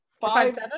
five